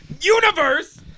universe